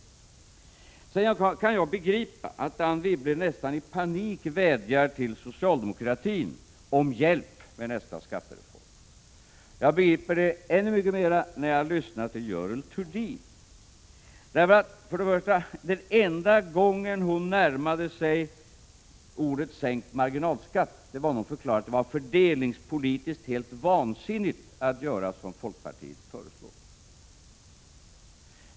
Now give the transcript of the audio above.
Vidare kan jag begripa att Anne Wibble nästan i panik vädjar till socialdemokraterna om hjälp med nästa skattereform. Jag begriper det ännu mycket mera när jag lyssnar till Görel Thurdin. Först och främst: Den enda gången hon närmade sig begreppet sänkning av marginalskatten var när hon förklarade att det var fördelningspolitiskt helt vansinnigt att göra som folkpartiet föreslår.